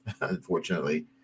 unfortunately